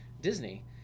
Disney